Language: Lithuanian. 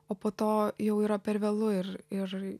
o po to jau yra per vėlu ir ir